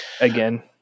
again